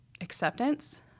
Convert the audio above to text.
acceptance